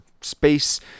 space